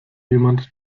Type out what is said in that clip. jemand